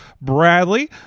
Bradley